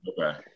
Okay